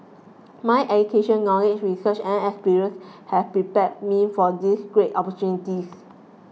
my education knowledge research and experience have prepared me for this great opportunities